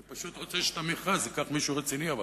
אני פשוט רוצה שאת המכרז ייקח מישהו רציני אבל,